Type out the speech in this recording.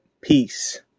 Peace